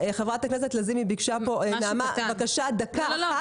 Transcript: חברת הכנסת לזימי ביקשה דקה אחת,